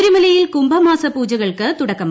ശബരിമലയിൽ കുംഭമാസ പൂജകൾക്ക് തുടക്കമായി